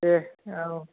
दे औ